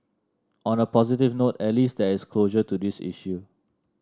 on a positive note at least there is closure to this issue